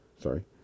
Sorry